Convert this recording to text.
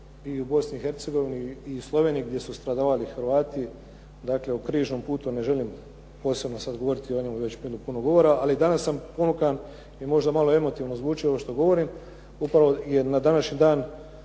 i u Sloveniji gdje su stradavali Hrvati. Dakle, u križnom putu ne želim posebno sad govoriti o ovome već je bilo puno govora, ali danas sam ponukan i možda malo emotivno zvuči ovo što govorim upravo na današnji dan